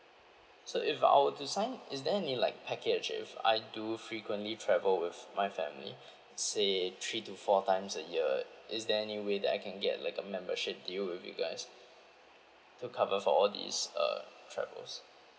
so if I were to sign is there any like package if I do frequently travel with my family say three to four times a year is there any way that I can get like a membership deal with you guys to cover for all these uh travels